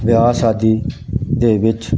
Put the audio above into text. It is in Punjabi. ਵਿਆਹ ਸ਼ਾਦੀ ਦੇ ਵਿੱਚ